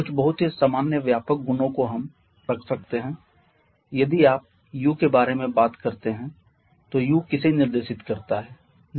कुछ बहुत ही सामान्य व्यापक गुणों को हम रख सकते हैं यदि आपU के बारे में बात करते हैं तो U किसे निर्देशित करता है